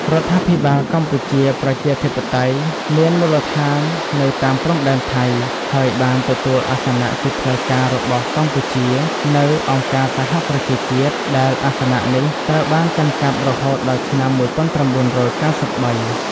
រដ្ឋាភិបាលកម្ពុជាប្រជាធិបតេយ្យ មានមូលដ្ឋាននៅតាមព្រំដែនថៃ ហើយបានទទួលអាសនៈជាផ្លូវការរបស់កម្ពុជានៅអង្គការសហប្រជាជាតិ ដែលអាសនៈនេះត្រូវបានកាន់កាប់រហូតដល់ឆ្នាំ១៩៩៣។